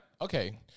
Okay